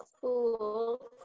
cool